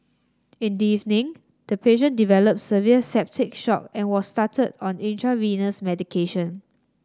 in the evening the patient developed severe septic shock and was started on intravenous medication